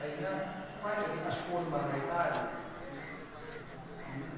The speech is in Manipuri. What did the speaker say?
ꯑꯩꯅ ꯈ꯭ꯋꯥꯏꯗꯒꯤ ꯑꯁꯣꯟꯕ ꯍꯥꯏꯇꯥꯔꯒꯗꯤ